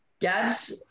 Gabs